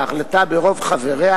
בהחלטה ברוב חבריה,